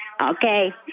Okay